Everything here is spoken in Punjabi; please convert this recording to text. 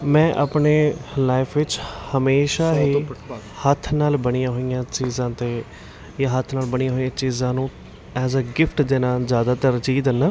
ਮੈਂ ਆਪਣੇ ਲਾਈਫ਼ ਵਿੱਚ ਹਮੇਸ਼ਾ ਹੀ ਹੱਥ ਨਾਲ ਬਣੀਆਂ ਹੋਈਆਂ ਚੀਜ਼ਾਂ ਅਤੇ ਜਾਂ ਹੱਥ ਨਾਲ ਬਣੀਆਂ ਹੋਈਆਂ ਚੀਜ਼ਾਂ ਨੂੰ ਐਜ ਅ ਗਿਫ਼ਟ ਦੇਣਾ ਜ਼ਿਆਦਾਤਰ ਤਰਜੀਹ ਦਿੰਦਾ